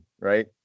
right